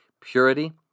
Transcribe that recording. purity